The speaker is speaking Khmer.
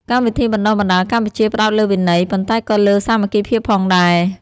កម្មវិធីបណ្តុះបណ្តាកម្ពុជាផ្តោតលើវិន័យ ប៉ុន្តែក៏លើសាមគ្គីភាពផងដែរ។